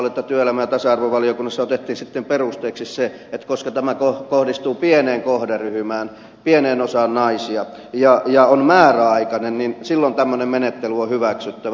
mutta järkyttävää oli että työelämä ja tasa arvovaliokunnassa otettiin sitten perusteeksi se että koska tämä kohdistuu pieneen kohderyhmään pieneen osaan naisia ja on määräaikainen silloin tämmöinen menettely on hyväksyttävä